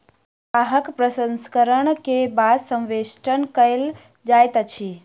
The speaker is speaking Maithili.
चाहक प्रसंस्करण के बाद संवेष्टन कयल जाइत अछि